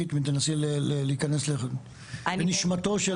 תנסי להיכנס לנשמתו?